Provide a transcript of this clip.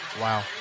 Wow